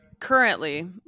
Currently